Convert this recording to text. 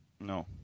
No